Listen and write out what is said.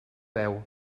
veu